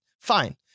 fine